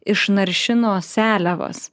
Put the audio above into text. išnaršino seliavas